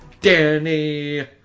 Danny